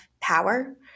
power